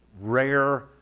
rare